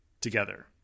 together